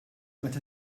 meta